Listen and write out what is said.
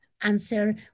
answer